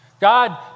God